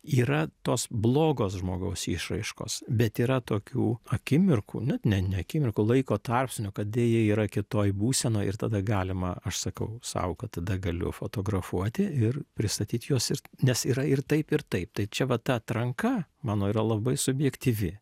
yra tos blogos žmogaus išraiškos bet yra tokių akimirkų net ne ne akimirkų laiko tarpsnių kad deja yra kitoj būsenoj ir tada galima aš sakau sau kad tada galiu fotografuoti ir pristatyti juos ir nes yra ir taip ir taip tai čia va ta atranka mano yra labai subjektyvi